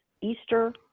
Easter